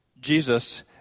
Jesus